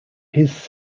his